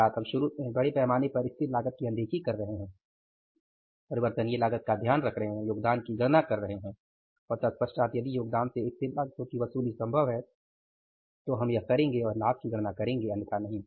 अर्थात हम शुरू में बड़े पैमाने पर स्थिर लागत की अनदेखी कर रहे हैं परिवर्तनीय लागत का ध्यान रख रहे हैं योगदान की गणना कर रहे हैं और तत्पश्चात यदि योगदान से स्थिर लागतों की वसूली संभव है तो हम यह करेंगे और लाभ की गणना करेंगे अन्यथा नहीं